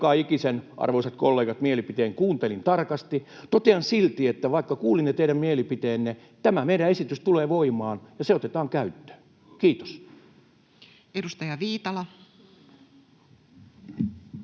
mielipiteen, arvoisat kollegat, kuuntelin tarkasti. Totean silti, että vaikka kuulin ne teidän mielipiteenne, tämä meidän esityksemme tulee voimaan ja se otetaan käyttöön. — Kiitos. Edustaja Viitala.